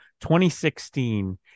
2016